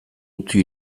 utzi